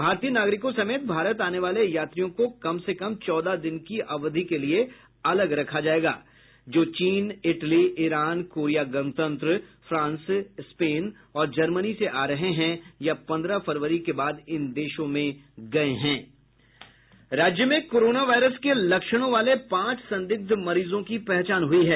भारतीय नागरिकों समेत भारत आने वाले यात्रियों को कम से कम चौदह दिन की अवधि के लिए अलग रखा जाएगा जो चीन इटली ईरान कोरिया गणतंत्र फ्रांस स्पेन और जर्मनी से आ रहे हैं या पन्द्रह फरवरी के बाद इन देशों में गए हेंदे राज्य में कोरोना वायरस लक्षणों वाले के पांच संदिग्ध मरीजों की पहचान हुई है